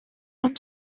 from